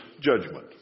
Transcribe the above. judgment